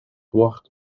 wordt